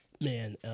Man